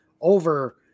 over